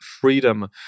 freedom